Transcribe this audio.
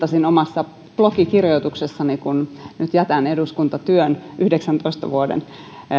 johon viittasin omassa blogikirjoituksessani kun nyt jätän eduskuntatyön yhdeksäntoista vuoden